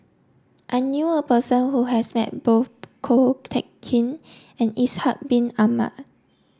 I knew a person who has met both Ko Teck Kin and Ishak Bin Ahmad